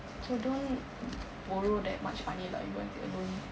so don't borrow that much money lah you want take a loan